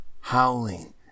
howling